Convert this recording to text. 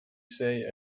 say